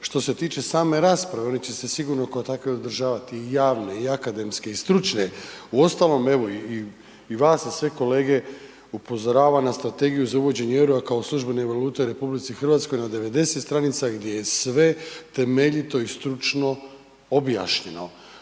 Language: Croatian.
Što se tiče same rasprave oni će se sigurno kao takve održavati i javne i akademske i stručne, uostalom evo i vas i sve kolege upozorava za strategiju za uvođenje EUR-a kao službene valute u RH na 90 stranica gdje je sve temeljito i stručno objašnjeno.